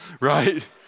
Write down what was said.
right